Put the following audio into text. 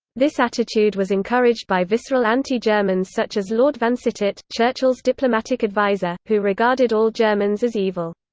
this attitude was encouraged by visceral anti-germans such as lord vansittart, churchill's diplomatic adviser, who regarded all germans as evil.